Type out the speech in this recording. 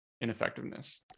ineffectiveness